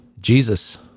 Jesus